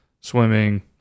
swimming